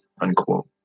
unquote